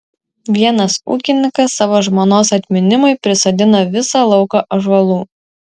vienas ūkininkas savo žmonos atminimui prisodino visą lauką ąžuolų